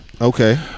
Okay